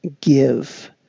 give